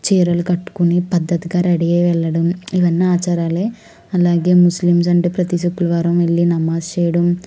చీరలు కట్టుకుని పద్ధతిగా రెడి అయ్యి వెళ్ళడం ఇవన్నీ ఆచారాలే అలాగే ముస్లిమ్స్ అంటే ప్రతి శుక్రవారం వెళ్ళి నమాజ్ చేయడం